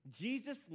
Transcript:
Jesus